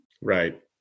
Right